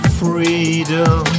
freedom